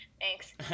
Thanks